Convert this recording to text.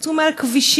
קפצו מעל כבישים,